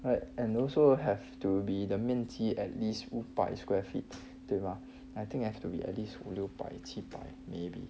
right and also have to be the at least 五百 square feet 对 mah I think have to be at least 六百七百 maybe